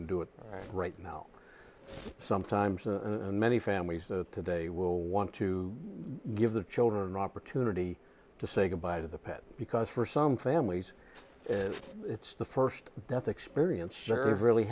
and do it right now sometimes and many families today will want to give the children opportunity to say goodbye to the pets because for some families it's the first death experience really